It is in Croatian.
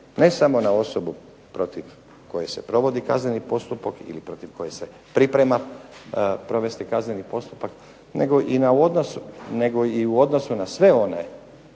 ne samo na osobu protiv koje se provodi kazneni postupak ili protiv koje se priprema provesti kazneni postupak nego i u odnosu na sve one